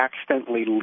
accidentally